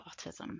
autism